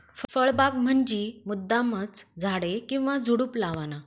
फळबाग म्हंजी मुद्दामचं झाडे किंवा झुडुप लावाना